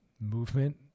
movement